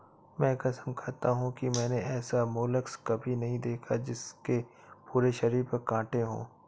मैं कसम खाता हूँ कि मैंने ऐसा मोलस्क कभी नहीं देखा जिसके पूरे शरीर पर काँटे हों